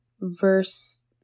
verse